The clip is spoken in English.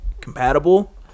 compatible